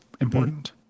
important